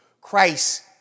Christ